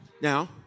Now